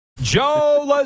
Joe